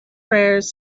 prayers